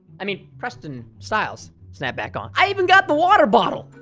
i mean prestonstyles snapback um i even got the water bottle,